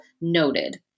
noted